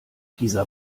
dieser